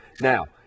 now